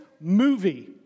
movie